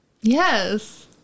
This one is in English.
Yes